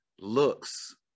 looks